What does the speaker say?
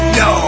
no